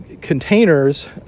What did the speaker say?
containers